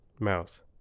Mouse